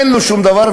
אין לו שום דבר,